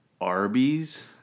arby's